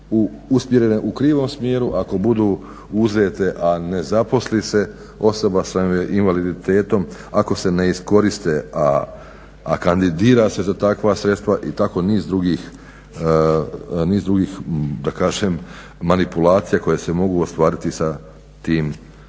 usmjerene u krivom smjeru, ako budu uzete, a ne zaposli se osoba sa invaliditetom, ako se ne iskoriste, a kandidira se za takva sredstva i tako niz drugih, da kažem, manipulacija koje se mogu ostvariti sa tim posebnim